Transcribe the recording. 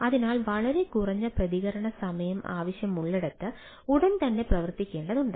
അതിനാൽ വളരെ കുറഞ്ഞ പ്രതികരണ സമയം ആവശ്യമുള്ളിടത്ത് ഉടൻ തന്നെ പ്രവർത്തിക്കേണ്ടതുണ്ട്